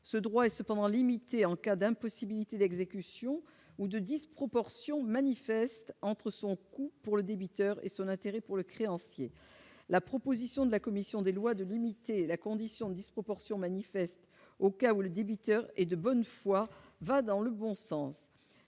ce droit est cependant limitée en cas d'impossibilité d'exécution ou de disproportion manifeste entre son coût pour le débiteur et son intérêt pour le créancier, la proposition de la commission des lois de limiter la condition disproportion manifeste au cas où le débiteur et de bonne foi, va dans le bon sens,